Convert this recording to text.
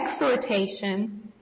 exhortation